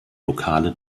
lokale